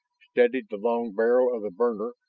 steadied the long barrel of the burner,